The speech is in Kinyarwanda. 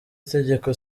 itegeko